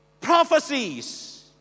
prophecies